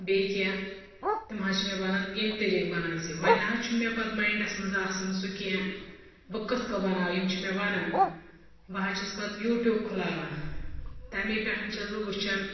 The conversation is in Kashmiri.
بیٚیہِ کیٚنٛہہ تِم حظ چھِ مےٚ وَنان ییٚمۍ طریٖقہ بَنٲوۍ زِ وۄنۍ نہٕ حظ چھُنہٕ مےٚ پَتہٕ ماینٛڈَس منٛز آسان سُہ کیٚنٛہہ بہٕ کِتھ کٔہ بَناو یِم چھِ مےٚ وَنان بہٕ حظ چھَس پَتہٕ یوٗٹیوٗب کھُلاوان تَمے پٮ۪ٹھ چھَس بہٕ وٕچھان